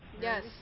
Yes